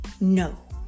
no